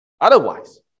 Otherwise